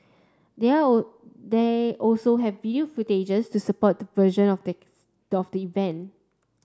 they they also have video footage to support their version of events